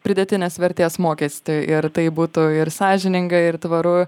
pridėtinės vertės mokestį ir tai būtų ir sąžininga ir tvaru